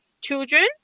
children